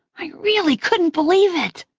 i really couldn't believe it.